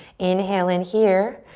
inhale in here.